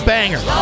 Banger